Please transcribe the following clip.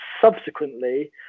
subsequently